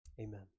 Amen